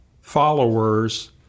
followers